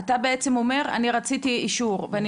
אתה בעצם אומר "אני רציתי אישור" ואני